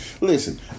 Listen